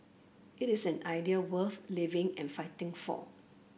it is an idea worth living and fighting for